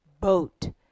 boat